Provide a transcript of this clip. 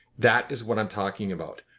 that is what i'm talking about.